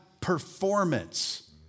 performance